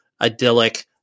idyllic